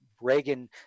Reagan